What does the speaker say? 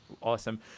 Awesome